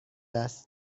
است